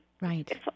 right